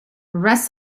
rest